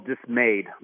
dismayed